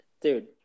dude